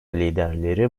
liderleri